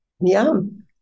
Yum